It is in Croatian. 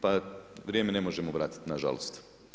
Pa vrijeme ne možemo vratiti nažalost.